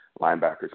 linebacker's